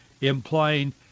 implying